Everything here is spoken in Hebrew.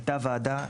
הייתה ועדה,